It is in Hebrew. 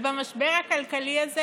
ובמשבר הכלכלי הזה